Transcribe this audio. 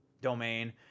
domain